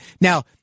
Now